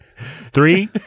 three